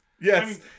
Yes